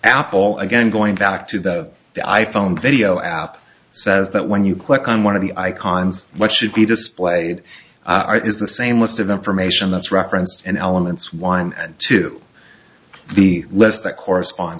apple again going back to the i phone video app says that when you click on one of the icons what should be displayed is the same list of information that's referenced and elements want to be less that correspond